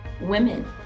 women